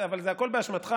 אבל זה הכול באשמתך,